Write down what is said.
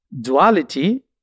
Duality